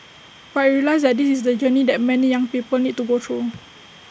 but I realised that this is the journey that many young people need to go through